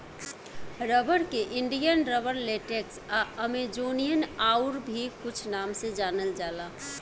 rubber के Indian rubber, latex आ Amazonian आउर भी कुछ नाम से जानल जाला